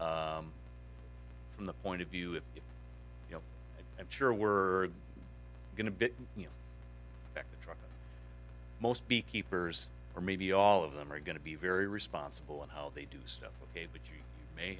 from the point of view of you know i'm sure we're going to be you know most beekeepers or maybe all of them are going to be very responsible on how they do stuff ok but you may